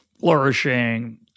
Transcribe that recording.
flourishing